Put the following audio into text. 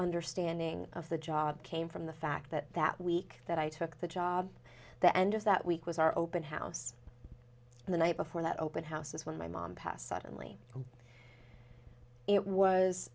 understanding of the job came from the fact that that week that i took the job the end of that week was our open house and the night before that open house when my mom passed suddenly it was